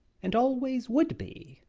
and always would be,